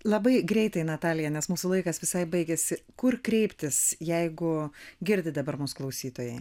labai greitai natalija nes mūsų laikas visai baigiasi kur kreiptis jeigu girdi dabar mus klausytojai